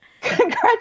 Congratulations